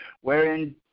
wherein